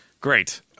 Great